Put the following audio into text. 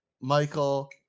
michael